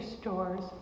stores